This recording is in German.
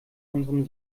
unserem